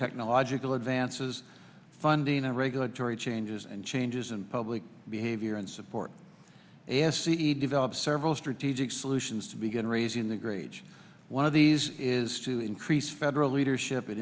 technological advances funding and regulatory changes and changes in public behavior and support a s c develop several strategic solutions to begin raising the grades one of these is to increase federal leadership